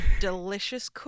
delicious